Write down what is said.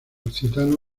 occitano